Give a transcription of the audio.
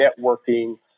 networking